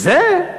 זה?